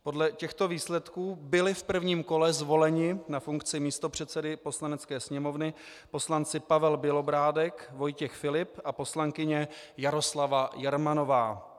Podle těchto výsledků byli v prvním kole zvoleni na funkci místopředsedy Poslanecké sněmovny poslanci Pavel Bělobrádek, Vojtěch Filip a poslankyně Jaroslava Jermanová.